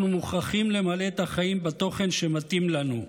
אנחנו מוכרחים למלא את החיים בתוכן שמתאים לנו,